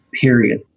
period